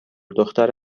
دختر